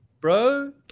bro